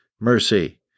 mercy